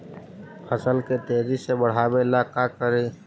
फसल के तेजी से बढ़ाबे ला का करि?